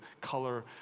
color